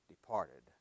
departed